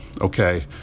okay